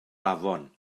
afon